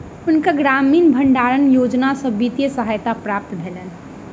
हुनका ग्रामीण भण्डारण योजना सॅ वित्तीय सहायता प्राप्त भेलैन